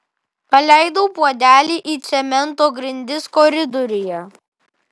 paleidau puodelį į cemento grindis koridoriuje